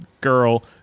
girl